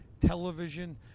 television